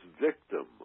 victim